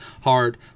hard